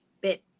bit